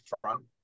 front